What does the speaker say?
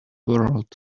world